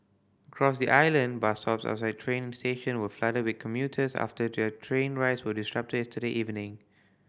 across the island bus stops outside train station were flooded with commuters after their train rides were disrupted yesterday evening